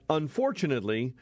unfortunately